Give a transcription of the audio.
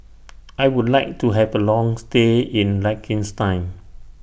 I Would like to Have A Long stay in Liechtenstein